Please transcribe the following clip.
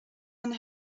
and